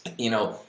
you know.